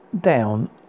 down